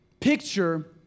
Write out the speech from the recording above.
picture